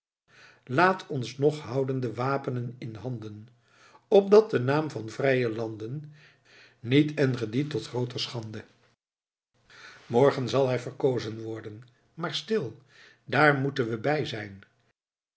laet ons noch houden de wapenen in handen opdat de naem van vrije landen niet en gedie tot grooter schanden morgen zal hij verkozen worden maar stil daar moeten we bij zijn